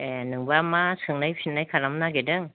ए नोंबा मा सोंनाय फिन्नाय खालामनो नागिरदों